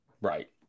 Right